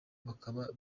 bakaba